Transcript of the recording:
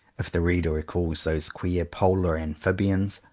if the reader recalls those queer polar amphibians,